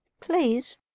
please